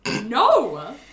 No